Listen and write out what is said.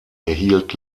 erhielt